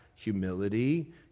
humility